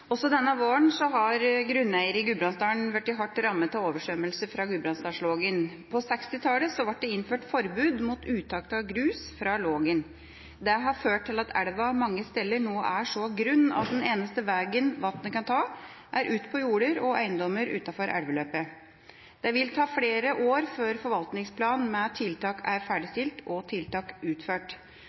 denne våren er grunneiere i Gudbrandsdalen hardt rammet av oversvømmelse fra Gudbrandsdalslågen. På 1960-tallet ble det innført forbud mot uttak av grus fra Lågen. Det har ført til at elva mange steder nå er så grunn at den eneste veien vannet kan ta, er ut på jorder og eiendommer utenfor elveløpet. Det vil ta flere år før forvaltningsplanen med tiltak er ferdigstilt og tiltak utført.